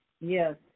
Yes